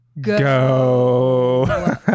go